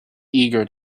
eager